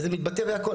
וזה מתבטא בהכול.